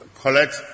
collect